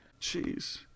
Jeez